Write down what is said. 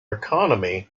economy